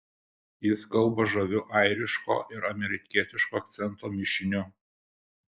jis kalba žaviu airiško ir amerikietiško akcento mišiniu